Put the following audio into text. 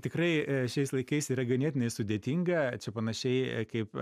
tikrai šiais laikais yra ganėtinai sudėtinga čia panašiai kaip